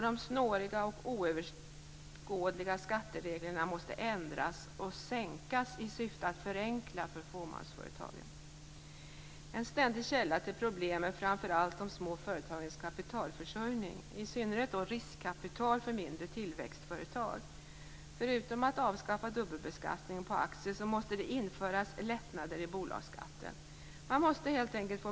De snåriga och oöverskådliga skattereglerna måste ändras och sänkas i syfte att förenkla för fåmansföretagen. En ständig källa till problem är framför allt de små företagens kapitalförsörjning, i synnerhet riskkapital för mindre tillväxtföretag. Förutom avskaffande av dubbelbeskattning på aktier måste det införas lättnader i bolagsskatten.